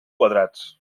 quadrats